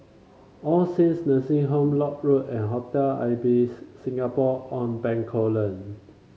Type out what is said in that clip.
All Saints Nursing Home Lock Road and Hotel Ibis Singapore On Bencoolen